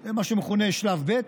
זה מה שמכונה שלב ב',